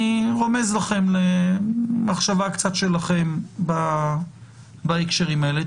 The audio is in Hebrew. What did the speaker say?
אני רומז לכם למחשבה שלכם בהקשרים האלה.